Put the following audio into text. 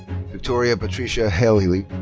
victoria patricia hehli.